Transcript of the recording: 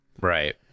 Right